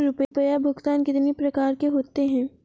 रुपया भुगतान कितनी प्रकार के होते हैं?